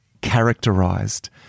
characterized